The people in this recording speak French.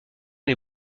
les